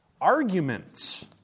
Arguments